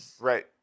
Right